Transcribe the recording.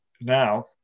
now